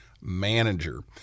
manager